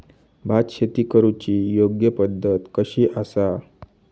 भात शेती करुची योग्य पद्धत कशी आसा?